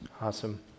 Awesome